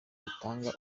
bitanga